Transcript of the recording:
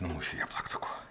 numušiu ją plaktuku